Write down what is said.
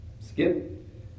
Skip